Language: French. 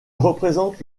représente